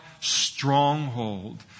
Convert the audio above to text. stronghold